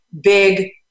big